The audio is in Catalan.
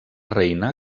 reina